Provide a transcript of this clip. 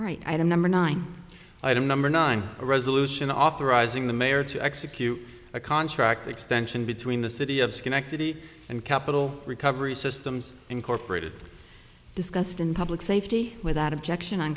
item number nine item number nine a resolution authorizing the mayor to execute a contract extension between the city of schenectady and capital recovery systems incorporated discussed in public safety without objection on